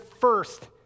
first